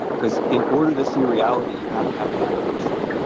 because in order to see reality you have to have imagination.